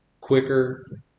quicker